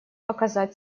оказать